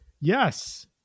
yes